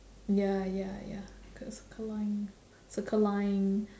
ya ya ya called circle line circle line